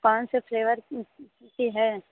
कौनसे फ्लेवर की है